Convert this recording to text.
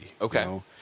Okay